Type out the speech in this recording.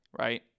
right